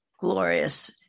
glorious